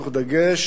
תוך דגש